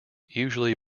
usually